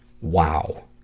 Wow